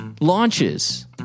launches